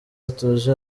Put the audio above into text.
hatuje